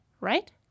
right